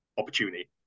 Opportunity